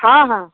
हँ हँ